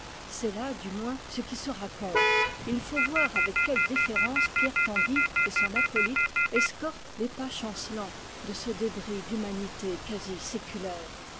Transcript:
là du moins ce qui se raconte et il faut voir avec quelle déférence pierre tanguy et son acolyte escortent les pas chancelants de ce débris d'humanité quasi séculaire